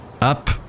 Up